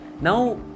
now